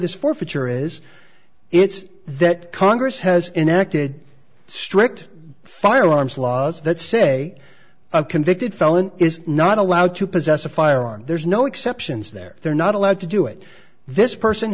this forfeiture is it's that congress has enacted strict firearms laws that say a convicted felon is not allowed to possess a firearm there's no exceptions there they're not allowed to do it this person